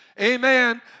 amen